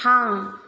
थां